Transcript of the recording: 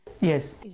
Yes